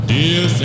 Dear